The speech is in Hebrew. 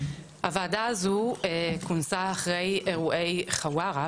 הוועדה הזו כונסה אחרי אירועי חווארה,